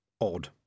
odd